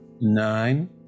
Nine